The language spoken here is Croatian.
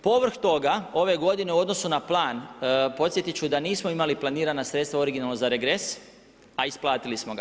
Povrh toga, ove godine u odnosu na plan, podsjetiti ću da nismo imali planirana sredstva originalno za regres a isplatili smo ga.